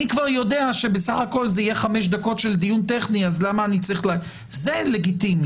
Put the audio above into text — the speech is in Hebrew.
אני כבר יודע שסך הכול זה יהיה חמש דקות של דיון טכני - זה לגיטימי.